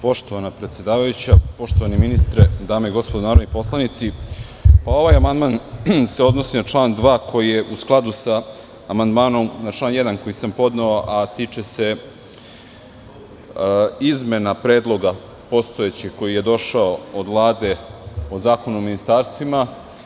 Poštovana predsedavajuća, poštovani ministre, dame i gospodo narodni poslanici, ovaj amandman se odnosi na član 2. koji je u skladu sa amandmanom na član 1. koji sam podneo, a tiče se izmena predloga postojećeg, koji je došao od Vlade o Zakonu o ministarstvima.